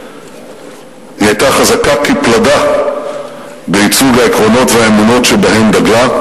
היא היתה חזקה כפלדה בייצוג העקרונות והאמונות שבהם דגלה,